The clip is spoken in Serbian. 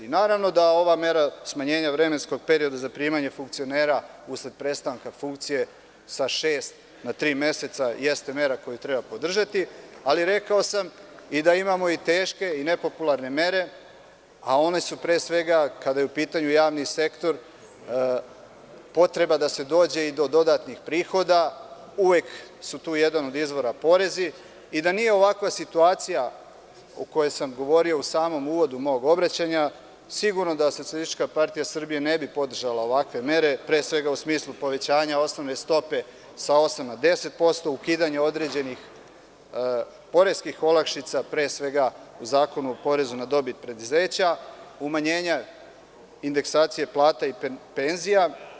Naravno da ova mera smanjenja vremenskog perioda za primanje funkcionera usled prestanka funkcije sa šest na tri meseca jeste mera koju treba podržati, ali rekao sam i da imamo i teške i nepopularne mere, a one su, pre svega, kada je u pitanju javni sektor potreba da se dođe i do dodatnih prihoda, uvek su tu jedan od izvora porezi i da nije ovakva situacija o kojoj sam govorio u samom uvodu mog obraćanja sigurno da SPS ne bi podržala ovakve mere, pre svega u smislu povećanja osnovne stope sa osam na 10%, ukidanja određenih poreskih olakšica, pre svega u Zakonu o porezu na dobit preduzeća, umanjenja indeksacija plate i penzija.